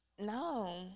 No